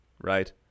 right